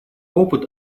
опыт